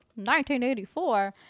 1984